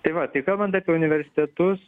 tai va tai kalbant apie universitetus